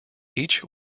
each